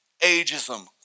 ageism